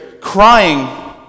crying